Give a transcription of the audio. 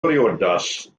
briodas